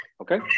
Okay